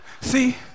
See